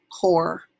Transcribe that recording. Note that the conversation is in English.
core